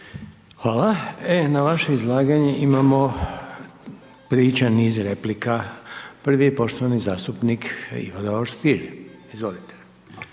Hvala. E, na vaše izlaganje imamo priča niz replika. Prvi je poštovani zastupnik Ivo Davor Stier. Izvolite.